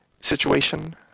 situation